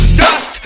dust